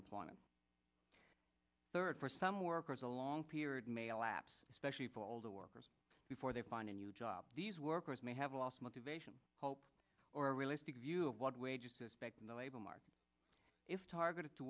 employment third for some workers a long period may lapse especially for older workers before they find a new job these workers may have lost motivation hope or a realistic view of what wages suspect in the labor market is targeted to